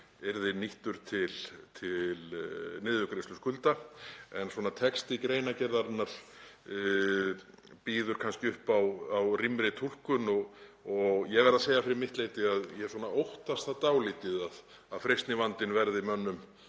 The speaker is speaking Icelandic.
yrði nýttur til niðurgreiðslu skulda. En texti greinargerðarinnar býður kannski upp á rýmri túlkun. Ég verð að segja fyrir mitt leyti að ég óttast það dálítið að freistnivandinn verði mönnum